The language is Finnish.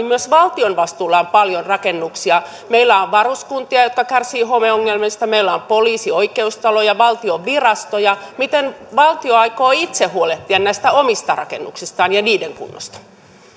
myös valtion vastuulla on paljon rakennuksia meillä on varuskuntia jotka kärsivät homeongelmista meillä on poliisi oikeustaloja valtion virastoja miten valtio aikoo itse huolehtia näistä omista rakennuksistaan ja niiden kunnosta